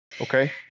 Okay